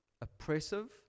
oppressive